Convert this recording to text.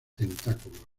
tentáculos